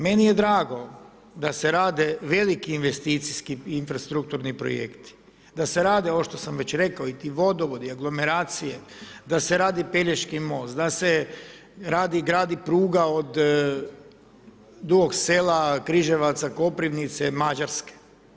Meni je drago da se rade veliki investicijski infrastrukturni projekti, da se rade ovo što sam već rekao i ti vodovodi, aglomeracije, da se radi Pelješki most, da se radi i gradi pruga od Dugog Sela – Križevaca – Koprivnice - Mađarske.